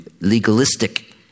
legalistic